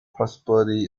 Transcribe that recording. possibly